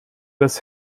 das